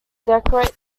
decorate